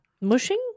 Mushing